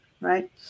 right